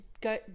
go